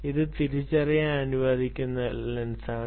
ഇത് തിരിച്ചറിയാൻ അനുവദിക്കുന്ന ലെൻസാണ്